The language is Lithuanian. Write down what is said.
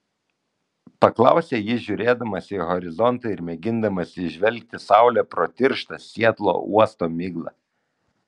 paklausė jis žiūrėdamas į horizontą ir mėgindamas įžvelgti saulę pro tirštą sietlo uosto miglą